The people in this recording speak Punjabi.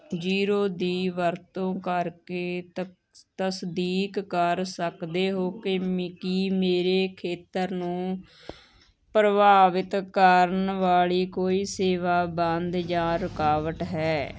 ਜੀਰੋ ਦੀ ਵਰਤੋਂ ਕਰਕੇ ਤਕ ਤਸਦੀਕ ਕਰ ਸਕਦੇ ਹੋ ਕਿ ਮ ਕੀ ਮੇਰੇ ਖੇਤਰ ਨੂੰ ਪ੍ਰਭਾਵਿਤ ਕਰਨ ਵਾਲੀ ਕੋਈ ਸੇਵਾ ਬੰਦ ਜਾਂ ਰੁਕਾਵਟ ਹੈ